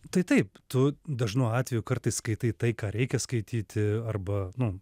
tai taip tu dažnu atveju kartais skaitai tai ką reikia skaityti arba nu